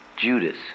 Judas